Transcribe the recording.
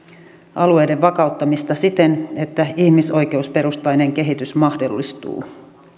alueiden vakauttamista siten että ihmisoikeusperustainen kehitys mahdollistuu